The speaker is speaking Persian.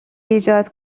ایجاد